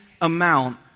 amount